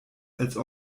als